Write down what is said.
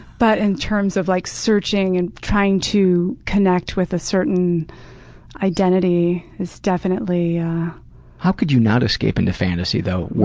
but in terms of like searching and trying to connect with a certain identity is definitely pg how could you not escape into fantasy, though,